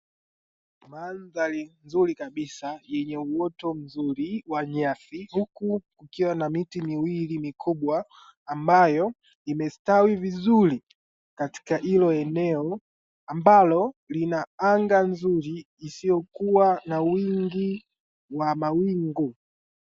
Mandhari nzuri kabisa yenye uoto mzuri wa nyasi huku ukiwa na miti miwili mikubwa ambayo imestawi vizuri katika hilo eneo ambalo lina anga nzuri isiyokuwa na wingi wa mawingu.